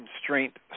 constraint